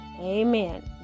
Amen